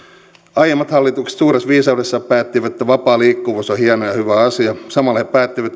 aiemmat hallitukset suuressa viisaudessaan päättivät että vapaa liikkuvuus on hieno ja hyvä asia samalla he päättivät että poliisin